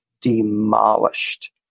demolished